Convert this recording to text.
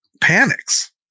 panics